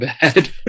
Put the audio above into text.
bad